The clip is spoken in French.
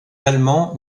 allemands